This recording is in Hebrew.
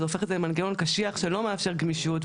הופכת את זה למנגנון קשיח שלא מאפשר גמישות,